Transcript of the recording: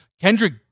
Kendrick